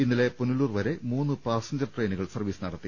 ഇന്നലെ പുനലൂർ വരെ മൂന്ന് പാസഞ്ചർ ട്രെയിനുകൾ സർവീസ് നടത്തി